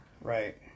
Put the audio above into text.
right